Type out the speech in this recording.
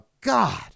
God